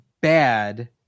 bad